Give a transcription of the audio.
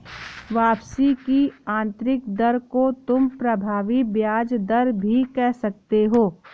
वापसी की आंतरिक दर को तुम प्रभावी ब्याज दर भी कह सकते हो